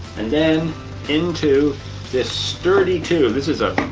and then into this sturdy tube. this is a.